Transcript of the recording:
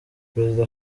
perezida